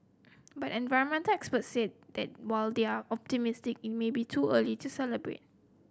but environmental experts say that while they are optimistic it may be too early to celebrate